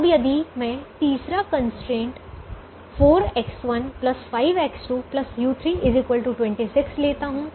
अब यदि मैं तीसरा कंस्ट्रेंट 4X1 5X2 u3 26 लेता हूं